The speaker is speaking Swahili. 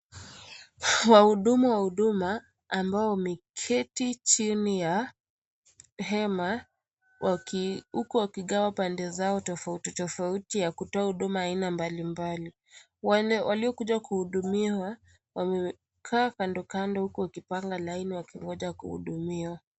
Wahudumu wa huduma ,ambao wameketi chini ya hema huku wakigawa pande zao tofautitofauti ya kutoa huduma ya aina mbalimbali . Waliokuja kuhudumiwa wamekaa kandokando huku wakipanga laini wakingoja kuhudumiwa .